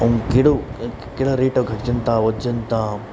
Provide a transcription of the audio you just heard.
ऐं कहिड़ो कहिड़ा रेट घटिजनि था वधिजनि ता